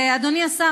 אדוני השר,